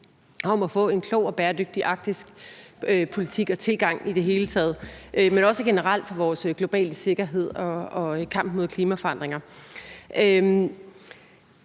om at få en klog og bæredygtig arktisk politik og tilgang i det hele taget, men også generelt vores globale sikkerhed og kampen mod klimaforandringer.